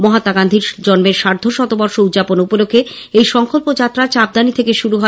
মহাত্মা গান্ধীর জন্মের সার্ধশতবর্ষ উদযাপন উপলক্ষে এই সংকল্প যাত্রা চাঁপদানী থেকে শুরু হয়